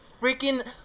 freaking-